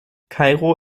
kairo